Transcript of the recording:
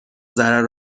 ضرر